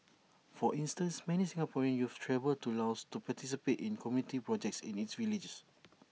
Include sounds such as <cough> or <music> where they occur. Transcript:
for instance many Singaporean youths travel to Laos to participate in community projects in its villages <noise>